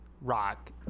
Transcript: Rock